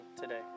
today